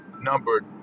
numbered